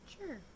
Sure